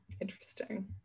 interesting